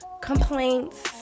complaints